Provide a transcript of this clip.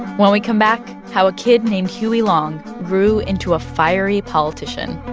when we come back, how a kid named huey long grew into a fiery politician